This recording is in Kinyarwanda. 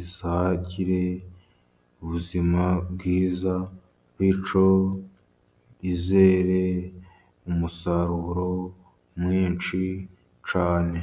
izagire ubuzima bwiza, bityo izere umusaruro mwinshi cyane.